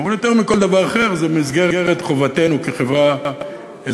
אבל יותר מכל דבר אחר זה במסגרת חובתנו כחברה אזרחית,